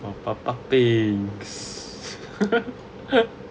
pa pa pa pa pigs